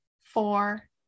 four